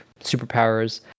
superpowers